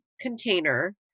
container